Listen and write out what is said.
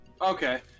Okay